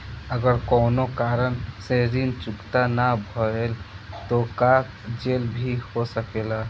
अगर कौनो कारण से ऋण चुकता न भेल तो का जेल भी हो सकेला?